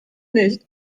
nicht